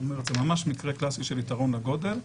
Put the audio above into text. זאת אומרת, זה ממש מקרה קלאסי של יתרון לגודל.